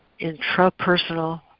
intrapersonal